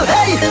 Hey